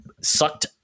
sucked